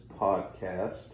podcast